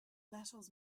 battles